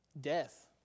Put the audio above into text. death